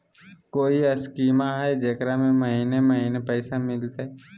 कोइ स्कीमा हय, जेकरा में महीने महीने पैसा मिलते?